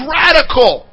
radical